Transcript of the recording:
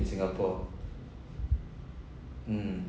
singapore mm